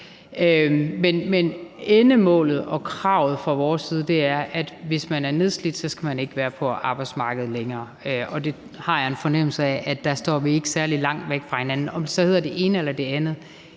Men endemålet og kravet fra vores side er, at hvis man er nedslidt, skal man ikke være på arbejdsmarkedet længere. Og der har jeg en fornemmelse af, at vi ikke står særlig langt væk fra hinanden. Om det så hedder det ene eller det andet,